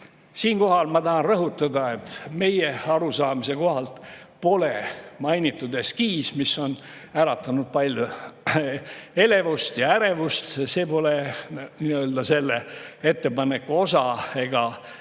Siinkohal ma tahan rõhutada, et meie arusaamise kohaselt pole mainitud eskiis, mis on äratanud palju elevust ja ärevust, selle ettepaneku osa.